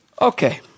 Okay